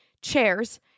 chairs